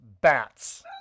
bats